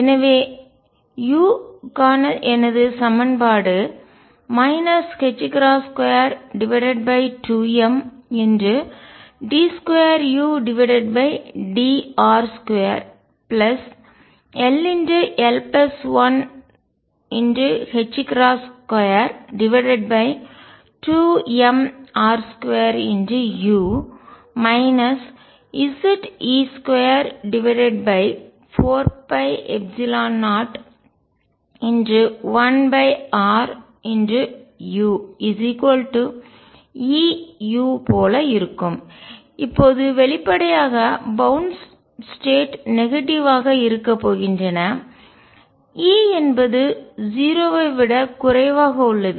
எனவே u க்கான எனது சமன்பாடு 22md2udr2 ll122mr2u Ze24π01ruEu போல இருக்கும் இப்போது வெளிப்படையாக பௌண்ட் ஸ்டேட் நெகட்டிவ் ஆக எதிர்மறையாக இருக்கப் போகின்றன E என்பது 0 ஐ விடக் குறைவாக உள்ளது